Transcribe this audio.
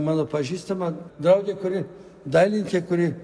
mano pažįstama draugė kuri dailininkė kuri